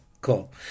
Cool